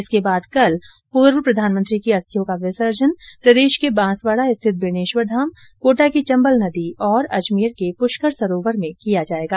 इसके बाद कल पूर्व प्रधानमंत्री की अस्थियों का विसर्जन प्रदेश के बांसवाडा स्थित बेणेश्वर घाम कोटों की चम्बल नदी और अजमेर के पुष्कर सरोवर में किया जायेगा